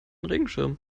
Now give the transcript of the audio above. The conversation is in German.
regenschirm